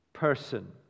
person